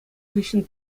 хыҫҫӑн